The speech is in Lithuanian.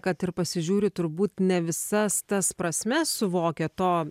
kad ir pasižiūri turbūt ne visas tas prasmes suvokia to